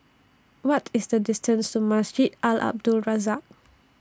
What IS The distance to Masjid Al Abdul Razak